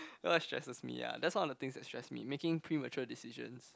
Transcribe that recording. oh that stresses me ah that's one of the things that stress me making premature decisions